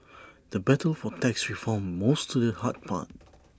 the battle for tax reform moves to the hard part